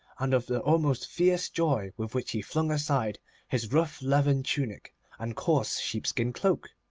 and of the almost fierce joy with which he flung aside his rough leathern tunic and coarse sheepskin cloak.